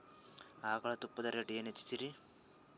ಆಕಳ ತುಪ್ಪದ ರೇಟ್ ಏನ ಹಚ್ಚತೀರಿ?